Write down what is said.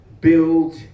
build